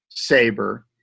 saber